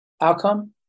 outcome